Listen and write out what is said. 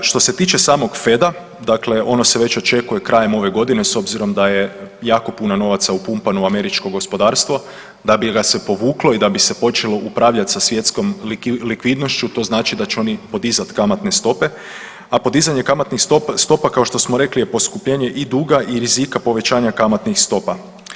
Što se tiče samog FED-a dakle ono se već očekuje krajem ove godine s obzirom da je jako puno novaca upumpano u američko gospodarstvo da bi ga se povuklo i da bi se počelo upravljati sa svjetskom likvidnošću, to znači da će oni podizat kamatne stope, a podizanje kamatnih stopa kao što smo rekli je poskupljene i duga i rizika povećanja kamatnih stopa.